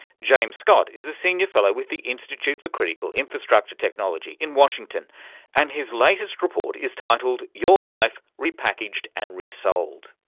james scott is a senior fellow with the institute for critical infrastructure technology in washington and his latest report is titled your life, repackaged and resold'.